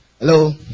Hello